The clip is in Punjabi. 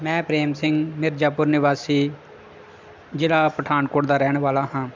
ਮੈਂ ਪ੍ਰੇਮ ਸਿੰਘ ਮਿਰਜਾਪੁਰ ਨਿਵਾਸੀ ਜ਼ਿਲ੍ਹਾ ਪਠਾਨਕੋਟ ਦਾ ਰਹਿਣ ਵਾਲਾ ਹਾਂ